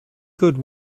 good